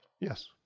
Yes